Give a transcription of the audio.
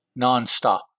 nonstop